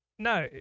No